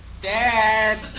Dad